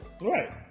Right